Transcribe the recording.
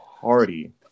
Party